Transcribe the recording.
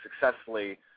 successfully